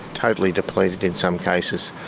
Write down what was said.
totally depleted in some cases.